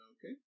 Okay